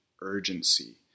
urgency